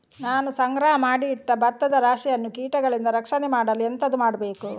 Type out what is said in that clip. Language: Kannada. ನಾನು ಸಂಗ್ರಹ ಮಾಡಿ ಇಟ್ಟ ಭತ್ತದ ರಾಶಿಯನ್ನು ಕೀಟಗಳಿಂದ ರಕ್ಷಣೆ ಮಾಡಲು ಎಂತದು ಮಾಡಬೇಕು?